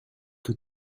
que